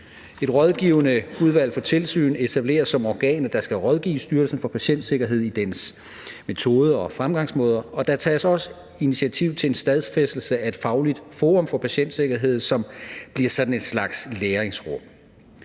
Et rådgivende udvalg for tilsyn etableres som organet, der skal rådgive Styrelsen for Patientsikkerhed i dens metoder og fremgangsmåder, og der tages også initiativ til en stadfæstelse af et fagligt forum for patientsikkerhed, som bliver sådan en slags læringsrum.